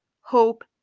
hope